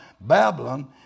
Babylon